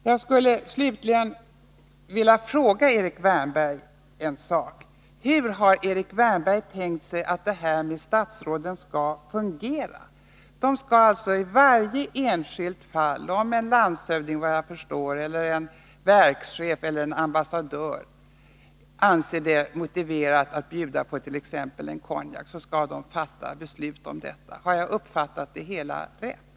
Jag skulle slutligen vilja fråga Erik Wärnberg: Hur har Erik Wärnberg tänkt sig att systemet med beslut av statsråd i de enskilda fallen skall fungera? Om en landshövding, en verkschef eller en ambassadör anser det motiverat att bjuda på t.ex. konjak, så skall ett statsråd efter vad jag förstår fatta beslut om detta. Har jag uppfattat det hela rätt?